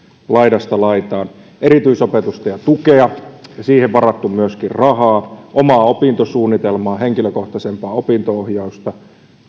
laidasta laitaan erityisopetusta ja tukea ja siihen varattu myöskin rahaa omaa opintosuunnitelmaa henkilökohtaisempaa opinto ohjausta